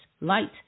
light